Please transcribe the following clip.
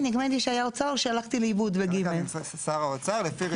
ואני מסביר את זה כדי שנבין ולא נחזור על הטעות הזאת,